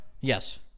Yes